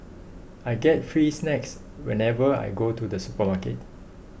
I get free snacks whenever I go to the supermarket